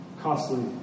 Costly